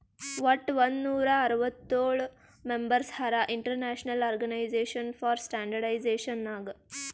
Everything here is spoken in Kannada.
ವಟ್ ಒಂದ್ ನೂರಾ ಅರ್ವತ್ತೋಳ್ ಮೆಂಬರ್ಸ್ ಹರಾ international organization for standardization Nag